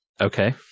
Okay